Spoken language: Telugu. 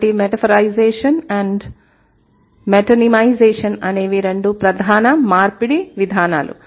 కాబట్టి మెటాఫోరైజేషన్ మరియు మెటోనిమైజేషన్ అనేవి రెండు ప్రధాన మార్పిడి విధానాలు